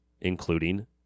including